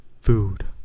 food